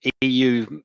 EU